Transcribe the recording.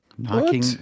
Knocking